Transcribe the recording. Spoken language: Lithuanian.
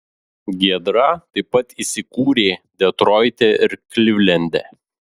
giedra taip pat įsikūrė detroite ir klivlende